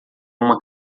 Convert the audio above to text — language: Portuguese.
uma